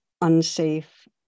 unsafe